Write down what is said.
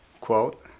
quote